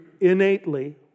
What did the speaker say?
innately